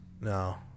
No